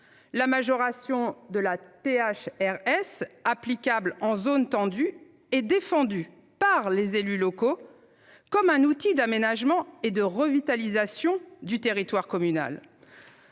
la majoration de THRS applicable en zone tendue est défendue par les élus locaux comme un outil d'aménagement et de revitalisation du territoire communal.